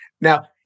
now